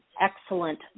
excellent